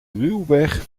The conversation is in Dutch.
ruwweg